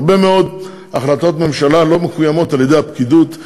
הרבה מאוד החלטות ממשלה לא מקוימות על-ידי הפקידות,